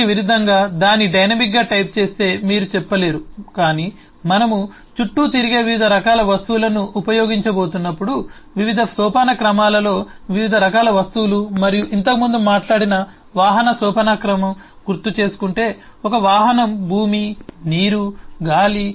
దీనికి విరుద్ధంగా దాని డైనమిక్గా టైప్ చేస్తే మీరు చెప్పలేరు కాని మనము చుట్టూ తిరిగే వివిధ రకాల వస్తువులను ఉపయోగించబోతున్నప్పుడు వివిధ సోపానక్రమాలలో వివిధ రకాల వస్తువులు మనము ఇంతకుముందు మాట్లాడిన వాహన సోపానక్రమం గుర్తుచేసుకుంటే ఒక వాహనం భూమి నీరు గాలి